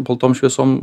baltom šviesom